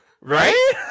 right